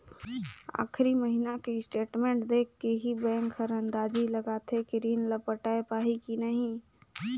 आखरी महिना के स्टेटमेंट देख के ही बैंक हर अंदाजी लगाथे कि रीन ल पटाय पाही की नही